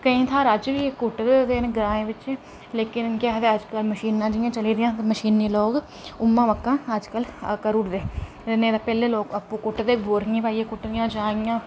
केईं थाह्र अज्ज बी कुट्टदे ओह्दे कन्नै ग्राएि बेच केह् नां केह् आखदे मशीनां जि'यां चली दियां मशीनी लोक उ'आं मक्कां अज्ज कल करूड़ दे नेईं तां पैह्ले लोक आपू कुट्टदे बोरियें च पाइयै कुट्टनियां खट्टां